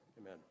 Amen